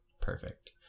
perfect